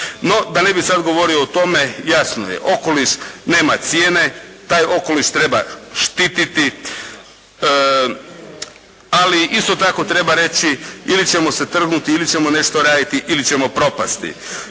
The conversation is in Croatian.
No, da ne bi sada govorio o tome. Jasno je, okoliš nema cijene, taj okoliš treba štititi ali isto tako treba reći ili ćemo se trgnuti, ili ćemo nešto raditi, ili ćemo propasti.